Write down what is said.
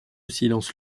silence